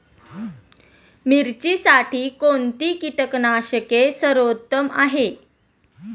मिरचीसाठी कोणते कीटकनाशके सर्वोत्तम आहे?